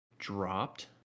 dropped